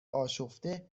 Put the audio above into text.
آشفته